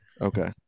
Okay